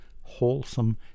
wholesome